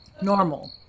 Normal